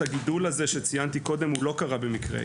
הגידול הזה שציינתי קודם לא קרה במקרה,